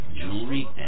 jewelry